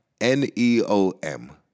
N-E-O-M